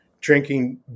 drinking